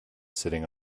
sitting